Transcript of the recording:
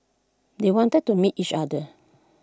they wanted to meet each other